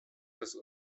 das